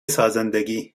سازندگی